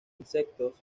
insectos